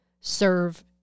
serve